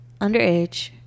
underage